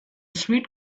sweet